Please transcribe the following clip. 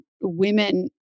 women